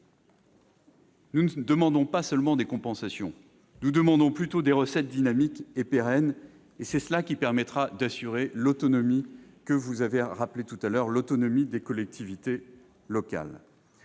Nous ne demandons pas seulement des compensations ; nous demandons plutôt des recettes dynamiques et pérennes. C'est cela qui permettra d'assurer l'autonomie, que vous avez rappelée voilà quelques instants, des collectivités locales.